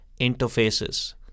interfaces